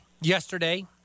yesterday